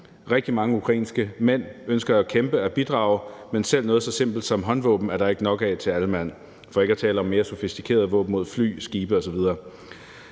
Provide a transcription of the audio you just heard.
Rigtig mange ukrainske mænd ønsker at kæmpe, at bidrage, men selv noget så simpelt som håndvåben er der ikke nok af til alle mand, for ikke at tale om mere sofistikerede våben mod fly, skibe osv.